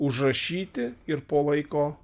užrašyti ir po laiko